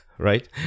Right